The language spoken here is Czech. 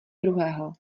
druhého